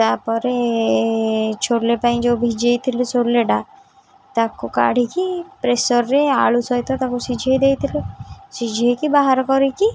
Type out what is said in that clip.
ତା'ପରେ ଛୋଲେ ପାଇଁ ଯେଉଁ ଭିଜାଇଥିଲୁ ଛୋଲେଟା ତାକୁ କାଢ଼ିକି ପ୍ରେସର୍ରେ ଆଳୁ ସହିତ ତାକୁ ସିଝାଇ ଦେଇଥିଲେ ସିଝାଇକି ବାହାର କରିକି